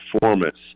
performance